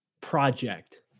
project